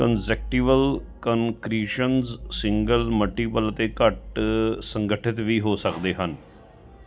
conjunctival concretions single multiple ਅਤੇ ਘੱਟ ਸੰਗਠਿਤ ਵੀ ਹੋ ਸਕਦੇ ਹਨ